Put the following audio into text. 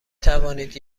توانید